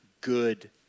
good